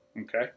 Okay